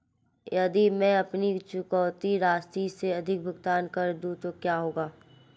यदि मैं अपनी चुकौती राशि से अधिक भुगतान कर दूं तो क्या होगा?